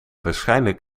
waarschijnlijk